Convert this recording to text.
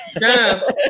Yes